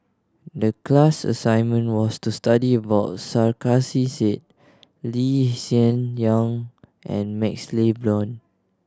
the class assignment was to study about Sarkasi Said Lee Hsien Yang and MaxLe Blond